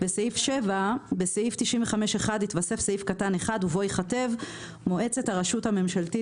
בסעיף 7 בסעיף 95(1) יתוסף סעיף קטן (1) ובו ייכתב: מועצת הרשות הממשלתית